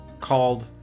called